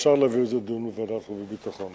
אפשר להביא את זה לדיון בוועדת חוץ וביטחון,